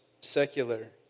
secular